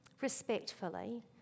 respectfully